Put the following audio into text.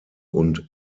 und